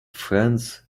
friends